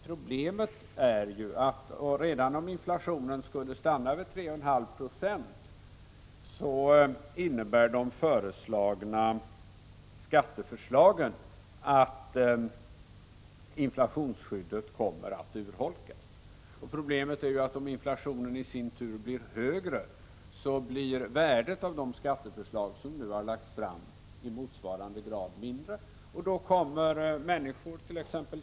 Problemet är ju att det framlagda skatteförslaget innebär att inflationsskyddet kommer att urholkas även om inflationen skulle stanna redan vid 3,5 70. Om inflationen skulle bli högre blir värdet av det skatteförslag som nu lagts fram i motsvarande grad mindre. Då kommert.ex.